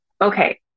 okay